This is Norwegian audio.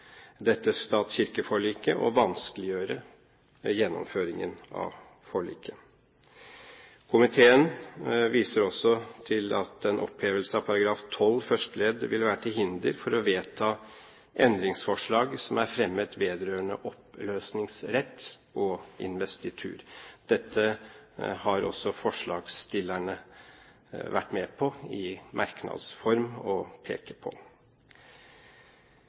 vanskeliggjøre gjennomføringen av forliket. Komiteen viser også til at en opphevelse av § 12 første ledd vil være til hinder for å vedta endringsforslag som er fremmet vedrørende oppløsningsrett og investitur. Dette har også forslagsstillerne vært med og pekt på i